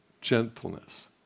gentleness